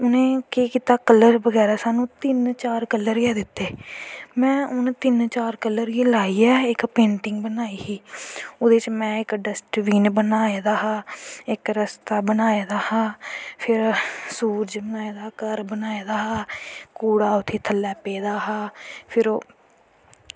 उनैं केह् कीता तिन्न चार कल्लर गै दित्ते में उनैं तिन्न चार कल्लर गी लाईयै इक पेंटिंग बनाई ही ओह्दे बिच्च में इक डस्टबीन बनाए दा हा रस्ता बनाए दा हा सूरज बनाए दा हा घर बनाए दा हा कूड़ा उत्थें थल्लै पेदा हा फिर ओह्